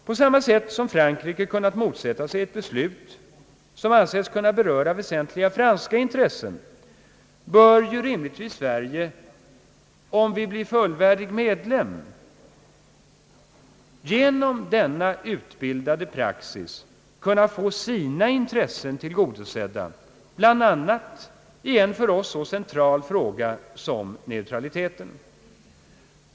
På samma sätt som Frankrike kunnat motsätta sig ett beslut som ansetts kunna beröra väsentliga franska intressen bör rimligtvis Sverige, om vårt land blir fullvärdig medlem, genom denna utbildade praxis kunna få sina intressen tillgodosedda, bl.a. i en för oss så central fråga som neutraliteten.